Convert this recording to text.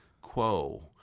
quo